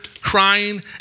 crying